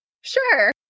Sure